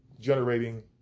generating